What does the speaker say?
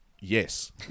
Yes